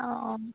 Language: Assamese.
অঁ অঁ